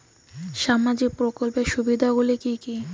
সামাজিক প্রকল্পের সুবিধাগুলি কি কি?